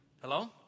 Hello